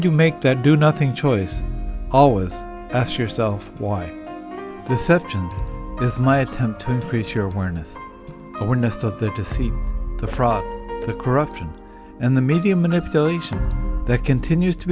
you make that do nothing choice always ask yourself why deceptions is my attempt to increase your awareness awareness out there to see the frog the corruption and the media manipulation that continues to